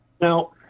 Now